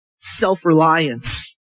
self-reliance